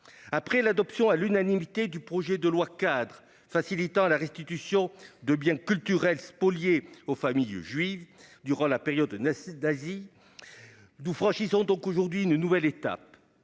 Après l'adoption à l'unanimité du projet de loi-cadre facilitant la restitution de biens culturels spoliés aux familles juives durant la période nazie, nous franchissons donc aujourd'hui une nouvelle étape.